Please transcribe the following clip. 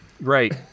Right